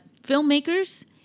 Filmmakers